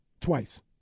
twice